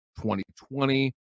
2020